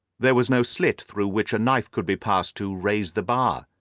there was no slit through which a knife could be passed to raise the bar.